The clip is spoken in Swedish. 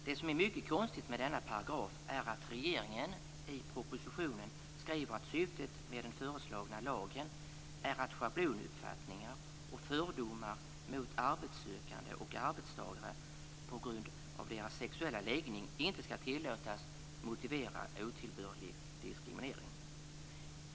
Det som är mycket konstigt med denna paragraf är att regeringen i propositionen skriver att syftet med den föreslagna lagen är att schablonuppfattningar och fördomar mot arbetssökande och arbetstagare på grund av deras sexuella läggning inte skall tillåtas motivera otillbörlig diskriminering.